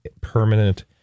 permanent